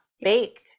baked